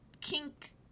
kink